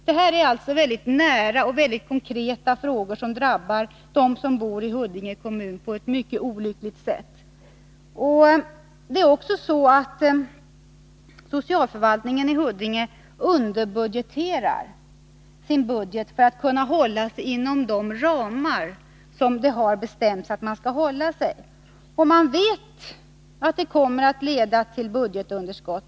Detta är väldigt nära och konkreta frågor som drabbar dem som bor i Huddinge kommun på ett mycket olyckligt sätt. Socialförvaltningen underbudgeterar också sin budget för att kunna hålla sig inom de ramar som har bestämts. Man vet att det kommer att leda till budgetunderskott.